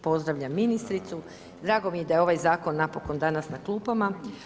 Pozdravljam ministricu, drago mi je da je ovaj zakon napokon danas na klupama.